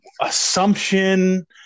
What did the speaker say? assumption